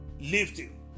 lifting